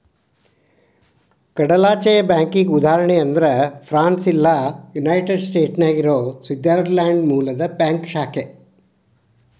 ಕಡಲಾಚೆಯ ಬ್ಯಾಂಕಿಗಿ ಉದಾಹರಣಿ ಅಂದ್ರ ಫ್ರಾನ್ಸ್ ಇಲ್ಲಾ ಯುನೈಟೆಡ್ ಸ್ಟೇಟ್ನ್ಯಾಗ್ ಇರೊ ಸ್ವಿಟ್ಜರ್ಲ್ಯಾಂಡ್ ಮೂಲದ್ ಬ್ಯಾಂಕ್ ಶಾಖೆ